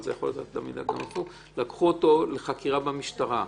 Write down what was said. לחקירה במשטרה?